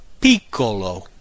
Piccolo